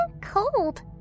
cold